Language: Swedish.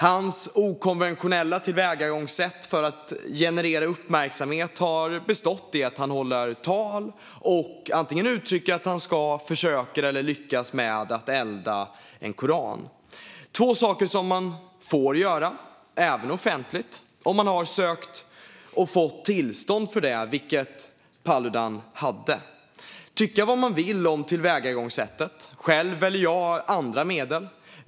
Hans okonventionella tillvägagångssätt för att generera uppmärksamhet har bestått i att han håller tal och antingen uttrycker att han ska, försöker eller lyckas bränna en koran. Detta är saker som man får göra, även offentligt, om man har sökt och fått tillstånd för det, vilket Paludan hade. Man kan tycka vad man vill om tillvägagångssättet. Själv väljer jag andra medel.